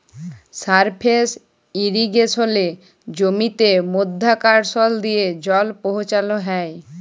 surface ইরিগেসলে জমিতে মধ্যাকরসল দিয়ে জল পৌঁছাল হ্যয়